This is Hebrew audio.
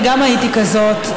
אני גם הייתי כזאת,